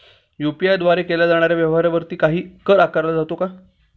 UPI द्वारे केल्या जाणाऱ्या व्यवहारावरती काही कर आकारला जातो का?